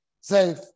Safe